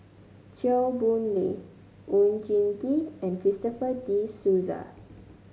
Chew Boon Lay Oon Jin Gee and Christopher De Souza